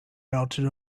mounted